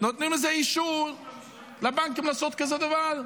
נותנים אישור לבנקים לעשות כזה דבר,